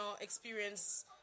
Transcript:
experience